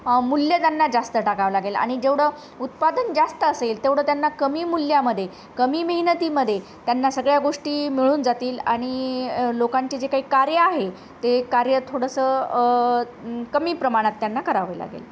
मूल्य त्यांना जास्त टाकावं लागेल आणि जेवढं उत्पादन जास्त असेल तेवढं त्यांना कमी मूल्यामध्ये कमी मेहनतीमध्ये त्यांना सगळ्या गोष्टी मिळून जातील आणि लोकांचे जे काही कार्य आहे ते कार्य थोडंसं कमी प्रमाणात त्यांना करावे लागेल